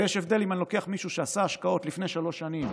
ויש הבדל אם אני לוקח מישהו שעשה השקעות לפני שלוש שנים